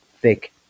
thick